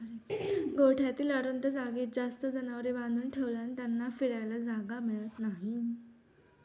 गोठ्यातील अरुंद जागेत जास्त जनावरे बांधून ठेवल्याने त्यांना फिरायला जागा मिळत नाही